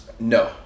No